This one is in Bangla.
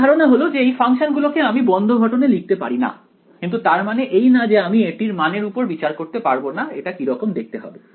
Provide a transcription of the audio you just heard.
মূল ধারণা হলো যে এই ফাংশন গুলো কে আমি বন্ধ গঠনে লিখতে পারিনা কিন্তু তার মানে এই না যে আমি এটির মানের উপর বিচার করতে পারবো না এটা কিরকম দেখতে হবে